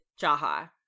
Jaha